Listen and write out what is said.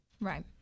Right